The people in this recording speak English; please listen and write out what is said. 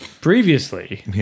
Previously